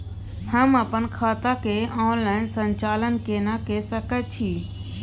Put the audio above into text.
हम अपन खाता के ऑनलाइन संचालन केना के सकै छी?